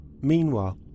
Meanwhile